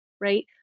right